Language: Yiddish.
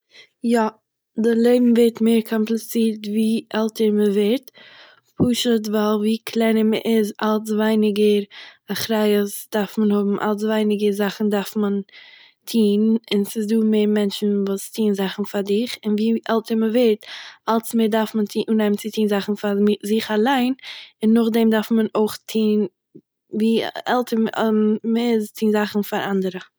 יא, דער לעבן ווערט מער קאמפליצירט ווי עלטער מען ווערט, פשוט ווייל, ווי קלענער מען איז - אלץ ווייניגער אחריות דארף מען האבן, אלץ ווייניגער זאכן דארף מען טוהן, און ס'איז דא מער מענטשן וואס טוהען זאכן פאר דיר, און ווי עלטער מען ווערט - אלץ מער דארף מען טוהן- אנהייבן צו טוהן זאכן פאר זיך אליין, און נאכדעם דארף מען אויך טוהן, ווי עלטער- מער טוהן זאכן פאר אנדערע